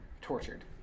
tortured